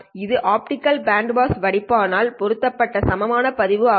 இது optical band pass வடிப்பான்ஆல் பெருக்கப்பட்ட சமமான பதிப்பு ஆகும்